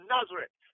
Nazareth